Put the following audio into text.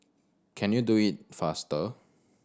can you do it faster